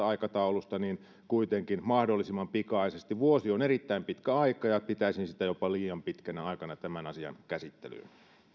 aikataulusta niin kuitenkin mahdollisimman pikaisesti vuosi on erittäin pitkä aika ja pitäisin sitä jopa liian pitkänä aikana tämän asian käsittelyyn